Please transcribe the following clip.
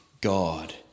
God